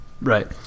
Right